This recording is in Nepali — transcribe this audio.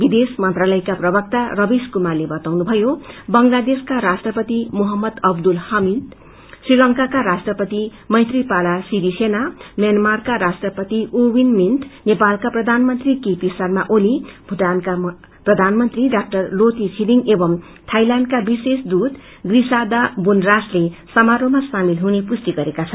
विदेश मंत्रालयका प्रवक्ता रवीश कुमारले बताउनुभयो बंगलादेशका राष् मोहम्मद अब्दुल हामिद श्रीलंकाका राष्ट्रपति मैत्रीपाला सिरिसेना म्यांमारका राष्ट्रपति ऊ विन मिन्त नेपालका प्रधानमंत्री के पी शर्मा ओली भूटानका प्रधानमंत्री डा लोते छिरिङ औ थाईलैण्डका विशेष दूत प्रिसादा बूनराचले सामारोजमा सामेल हुने पुष्टि गरेका छन्